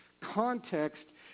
context